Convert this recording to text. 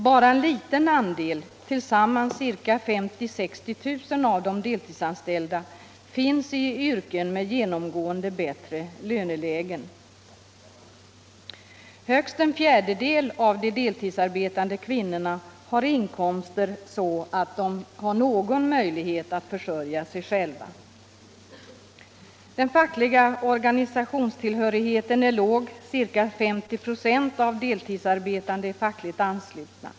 Bara en liten andel, tillsammans ca 50 000-60 000 av de deltidsanställda, finns i yrken med genomgående bättre löneläge. Högst en fjärdedel av de deltidsarbetande kvinnorna har sådana inkomster att de har någon möjlighet att försörja sig själva. Den fackliga organisationstillhörigheten är låg. Ca 504. av de deltidsarbetande är fackligt anslutna.